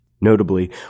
Notably